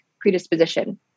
predisposition